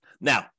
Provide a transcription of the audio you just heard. Now